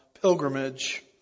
pilgrimage